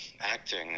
acting